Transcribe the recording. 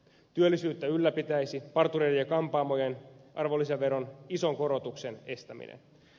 työllisyyttä ylläpitäisi partureiden ja kampaamojen arvonlisäveron ison korotuksen estäminen